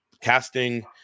casting